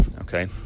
okay